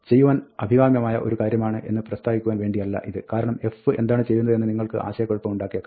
ചെയ്യുവാൻ അഭികാമ്യമായ ഒരു കാര്യമാണ് എന്ന് പ്രസ്താവിക്കുവാൻ വേണ്ടിയല്ല ഇത് കാരണം f എന്താണ് ചെയ്യുന്നത് എന്ന് നിങ്ങൾക്ക് ആശയക്കുഴപ്പമുണ്ടാക്കിയേക്കാം